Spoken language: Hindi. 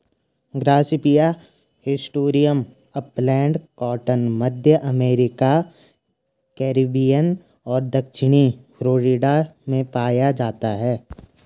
गॉसिपियम हिर्सुटम अपलैंड कॉटन, मध्य अमेरिका, कैरिबियन और दक्षिणी फ्लोरिडा में पाया जाता है